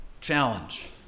challenge